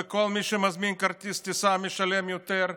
וכל מי שמזמין כרטיס טיסה משלם יותר,